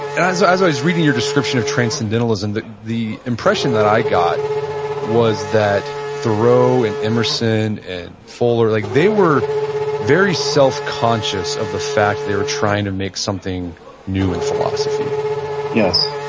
and so as i was reading your description of transcendentalism, the the impression that i got was that thoreau and emerson and fuller, like they were very self-conscious of the fact they were trying to make something new in philosophy yes.